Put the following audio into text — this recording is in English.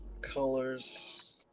colors